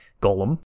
golem